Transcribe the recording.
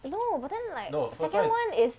but no but then like second [one] is